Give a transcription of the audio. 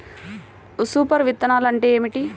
Super విత్తనాలు అంటే ఏమిటి?